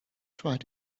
tried